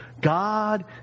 God